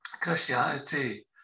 Christianity